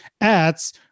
ads